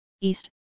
east